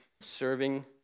serving